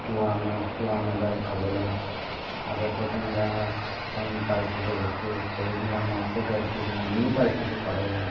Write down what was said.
পোৱা না পোৱা নাযায় খাবলৈ আগত তেনেকুৱা পাইছিলোঁ বস্তু সৰু সুৰা মাছো পাইছিলে আমিও পাইছিলোঁ খাবলৈ